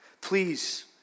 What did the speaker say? please